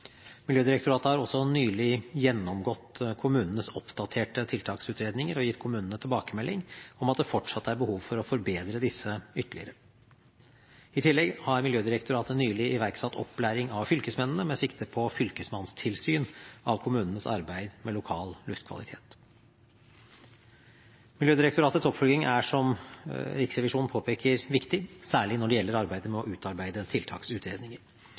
Miljødirektoratet har også nylig gjennomgått kommunenes oppdaterte tiltaksutredninger og gitt kommunene tilbakemelding om at det fortsatt er behov for å forbedre disse ytterligere. I tillegg har Miljødirektoratet nylig iverksatt opplæring av fylkesmennene med sikte på fylkesmannstilsyn av kommunenes arbeid med lokal luftkvalitet. Miljødirektoratets oppfølging er, som Riksrevisjonen påpeker, viktig, særlig når det gjelder arbeidet med å utarbeide tiltaksutredninger.